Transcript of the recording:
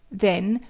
then,